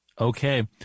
Okay